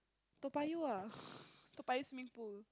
Toa-Payoh ah Toa-Payoh swimming pool